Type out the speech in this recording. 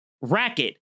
racket